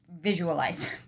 visualize